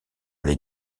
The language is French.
les